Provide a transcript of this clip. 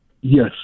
Yes